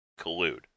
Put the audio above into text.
collude